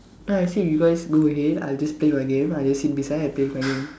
then I say you guys go ahead I'll just play my game I'll just sit beside and play with my game